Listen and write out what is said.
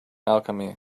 alchemy